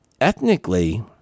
Ethnically